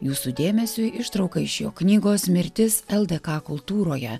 jūsų dėmesiui ištrauka iš jo knygos mirtis ldk kultūroje